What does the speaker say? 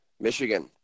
Michigan